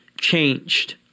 changed